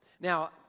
Now